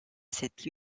cette